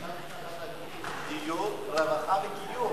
חשבתי שאתה תגיד: דיור, רווחה וגיור,